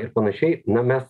ir panašiai na mes